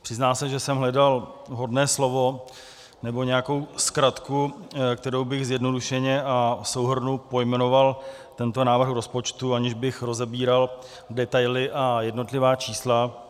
Přiznám se, že jsem hledal vhodné slovo, nebo nějakou zkratku, kterou bych zjednodušeně a v souhrnu pojmenoval tento návrh rozpočtu, aniž bych rozebíral detaily a jednotlivá čísla.